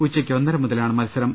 ഉച്ചയ്ക്ക് ഒന്നര മുതലാണ് മത്സരം